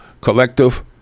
collective